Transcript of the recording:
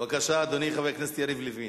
בבקשה, אדוני, חבר הכנסת יריב לוין.